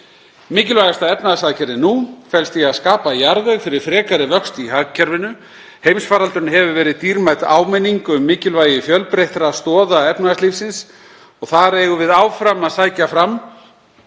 Mikilvægasta efnahagsaðgerðin nú felst í að skapa jarðveg fyrir frekari vöxt í hagkerfinu. Heimsfaraldurinn hefur verið dýrmæt áminning um mikilvægi fjölbreyttra stoða efnahagslífsins og þar eigum við áfram að sækja fram.